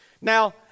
Now